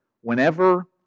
whenever